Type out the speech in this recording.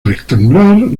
rectangular